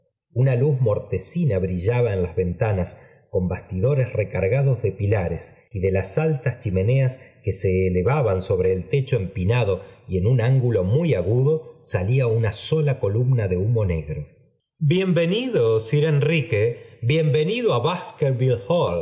modernas bastidotm mortecina bn jlaba en las ventanas con bastidores recargados de pilares y de las altas chimeneas que se elevaban sobre el techo empinad y en ángulo muy agudo salía una sola columba de humo negro i bienvenido sir enrique í i bienvenido á